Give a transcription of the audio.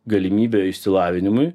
galimybę išsilavinimui